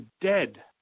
dead